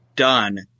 Done